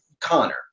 Connor